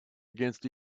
against